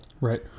Right